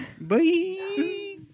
Bye